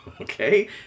Okay